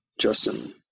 Justin